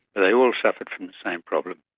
they all suffered from the same problem,